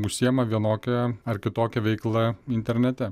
užsiema vienokia ar kitokia veikla internete